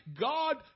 God